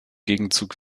gegenzug